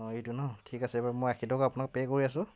অঁ এইটো ন ঠিক আছে বাৰু মই আশী টকা আপোনাক পে' কৰি আছোঁ